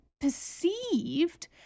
perceived